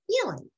feeling